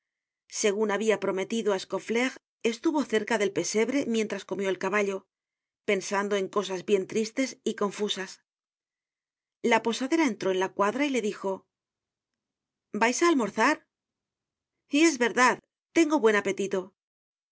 segun habia prometido á scauflaire estuvo cerca del pesebre mientras comió el caballo pensando en cosas bien tristes y confusas la posadera entró en la cuadra y le dijo vais á almorzar y es verdad tengo buen apetito